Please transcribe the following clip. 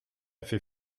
fait